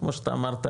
כמו שאתה אמרת,